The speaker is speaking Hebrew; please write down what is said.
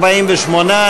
48,